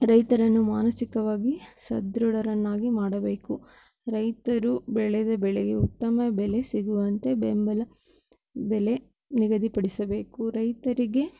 ರೈತರನ್ನು ಮಾನಸಿಕವಾಗಿ ಸದೃಢರನ್ನಾಗಿ ಮಾಡಬೇಕು ರೈತರು ಬೆಳೆದ ಬೆಳೆಗೆ ಉತ್ತಮ ಬೆಲೆ ಸಿಗುವಂತೆ ಬೆಂಬಲ ಬೆಲೆ ನಿಗದಿಪಡಿಸಬೇಕು ರೈತರಿಗೆ